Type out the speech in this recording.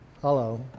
Hello